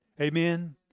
amen